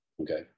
Okay